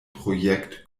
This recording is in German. projekt